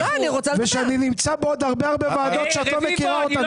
ושאני נמצא בעוד הרבה-הרבה ועדות שאת לא מכירה אפילו.